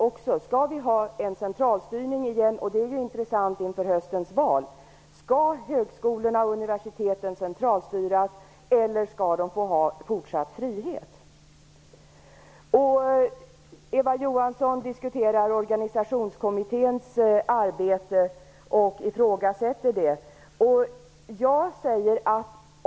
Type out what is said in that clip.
Skall vi ha en centralstyrning igen? Det är intressant att veta inför höstens val. Skall högskolorna och universiteten centralstyras, eller skall de få ha fortsatt frihet? Eva Johansson diskuterar och ifrågasätter organisationskommitténs arbete.